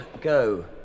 Go